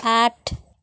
आठ